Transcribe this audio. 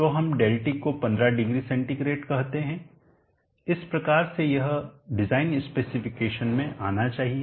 तो हम ΔT को 150C कहते हैं इस प्रकार से कि यह डिजाइन स्पेसिफिकेशन में आना चाहिए